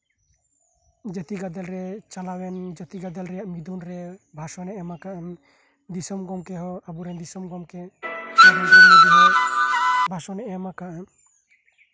ᱡᱟᱛᱤ ᱜᱟᱫᱮᱞ ᱨᱮ ᱪᱟᱞᱟᱣᱮᱱ ᱡᱟᱛᱤ ᱜᱟᱫᱮᱞ ᱨᱮᱭᱟᱜ ᱢᱤᱫᱩᱱ ᱨᱮ ᱵᱷᱟᱥᱚᱱᱮ ᱮᱢ ᱟᱠᱟᱫᱼᱟ ᱫᱤᱥᱚᱢ ᱜᱚᱢᱠᱮ ᱦᱚᱸ ᱟᱵᱚ ᱨᱮᱱ ᱫᱤᱥᱚᱢ ᱜᱚᱢᱠᱮ ᱵᱷᱟᱥᱚᱱᱮ ᱮᱢ ᱟᱠᱟᱫᱼᱟ